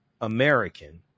American